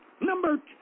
Number